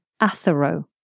Athero